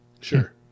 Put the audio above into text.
Sure